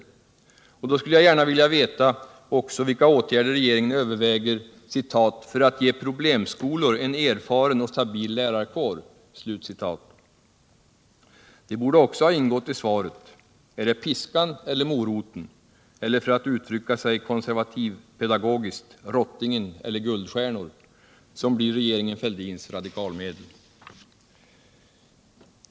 Och därför skulle jag gärna vilja veta också vilka åtgärder regeringen överväger ”för att ge problemskolor en erfaren och stabil lärarkår”. Det borde också ha ingått i svaret om det är piskan eller moroten eller — för att uttrycka sig konservativpedagogiskt — rottingen eller guldstjärnor som blir regeringen Fälldins radikalmedel.